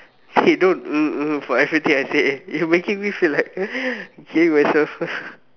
hey don't hmm hmm for everything I say eh you making me feel like hear myself